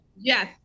yes